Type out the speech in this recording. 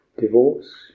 Divorce